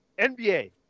NBA